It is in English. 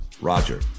Roger